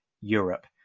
Europe